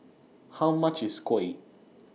How much IS Kuih